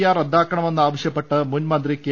R റദ്ദാക്കണമെന്നാവശ്യപ്പെട്ട് മുൻമന്ത്രി K